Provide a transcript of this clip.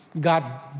God